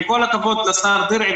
עם כל הכבוד לשר דרעי,